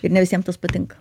ir ne visiem tas patinka